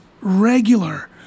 regular